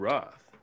Roth